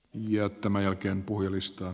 ja tämän jälkeen puhujalistaan